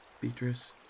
Beatrice